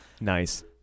Nice